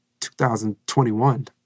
2021